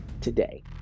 today